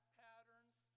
patterns